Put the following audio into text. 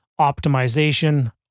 optimization